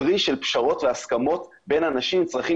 פרי של פשרות והסכמות בין אנשים עם צרכים